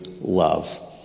love